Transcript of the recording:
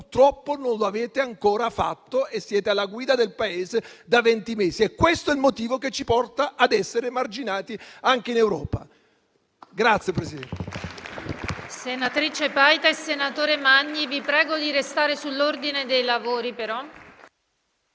Purtroppo non lo avete ancora fatto e siete alla guida del Paese da venti mesi. Ed è questo il motivo che ci porta a essere emarginati anche in Europa.